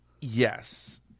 yes